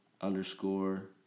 underscore